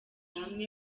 hamwe